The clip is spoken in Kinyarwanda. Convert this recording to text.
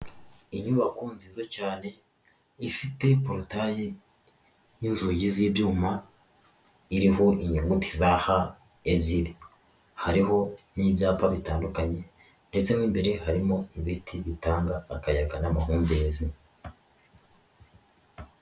Inyubako nziza cyane ifite porutaye y'inzugi z'ibyuma iriho inyugu za H ebyiri. Hariho n'ibyapa bitandukanye ndetse mo imbere harimo ibiti bitanga akayaga n'amahumbezi.